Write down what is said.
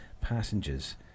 passengers